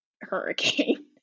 hurricane